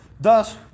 Thus